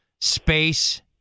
space